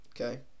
Okay